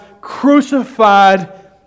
crucified